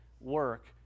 work